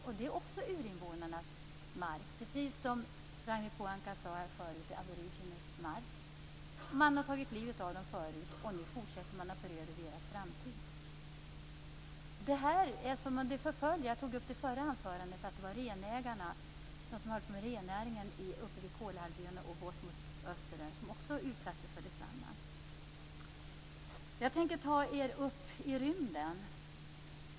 Det är också urinvånarnas mark, precis som Ragnhild Pohanka sade här förut. Det är aboriginernas mark. Man har förut tagit livet av dem, och nu fortsätter man att föröda deras framtid. Jag tog i mitt förra anförande upp att de som håller på med rennäring uppe vid Kolahalvön och österut också har utsatts för detsamma. Jag tänker ta er upp i rymden.